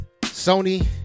Sony